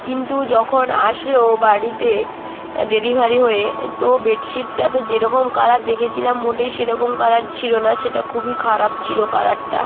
কিন্তু যখন আসলো বাড়িতে ডেলিভারি হয়ে তো বেডশিটটা তো যেরকম কালার দেখেছিলাম মোটেই সেরকম কালার ছিল না সেটা খুবই খারাপ ছিল কালারটা